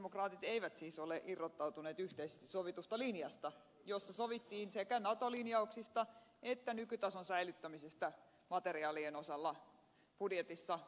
sosialidemokraatit eivät siis ole irrottautuneet yhteisesti sovitusta linjasta jossa sovittiin sekä nato linjauksista että nykytason säilyttämisestä materiaalien osalta budjetissa puolustusvoimille